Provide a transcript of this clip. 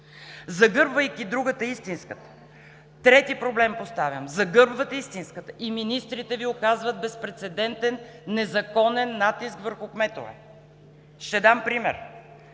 Загърбвайки другата, истинската, трети проблем поставям – загърбвате истинската, и министрите Ви оказват безпрецедентен незаконен натиск върху кметове. Ще дам пример.